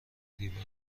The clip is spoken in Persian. دیوار